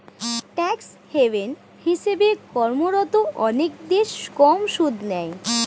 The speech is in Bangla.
ট্যাক্স হেভ্ন্ হিসেবে কর্মরত অনেক দেশ কম সুদ নেয়